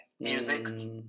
music